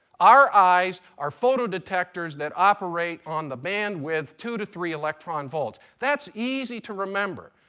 our eyes are photo detectors that operate on the band width two to three electron volts. that's easy to remember.